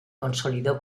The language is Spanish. consolidó